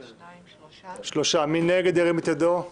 הצבעה בעד, 3 נגד, 5